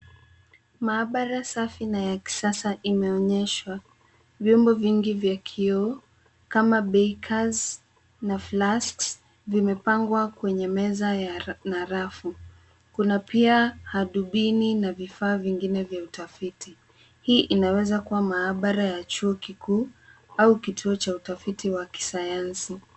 Maabara safi na ya kisasa imeonyeshwa. Vyombo vingi vya kioo kama bakers na flasks zimepangwa kwenye meza na rafu. Kuna pia hadubini na vifaa vingine vya utafiti. Hii inaweza kuwa maabara ya chuo kikuu au kituo cha utafiti wa kisayansi.